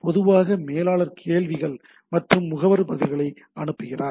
பொதுவாக மேலாளர் கேள்விகள் மற்றும் முகவர்கள் பதில்களை அனுப்புகிறார்